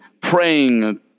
praying